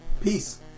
peace